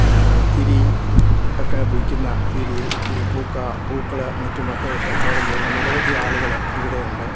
തിരി ഒക്കെ വിൽക്കുന്ന തിരി പൂക്ക പൂക്കൾ മറ്റുമൊക്കെ കച്ചവടം ചെയ്യുന്ന നിരവധി ആളുകൾ ഇവിടെയുണ്ട്